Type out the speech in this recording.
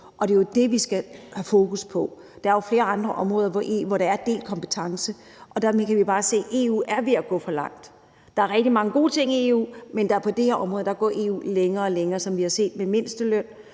det er det, vi skal have fokus på. Der er jo flere andre områder, hvor der er delt kompetence, og vi kan se, at EU er ved at gå for langt. Der er rigtig mange gode ting i EU, men på det her område går EU længere og længere. Det har vi set på bl.a.